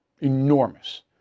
Enormous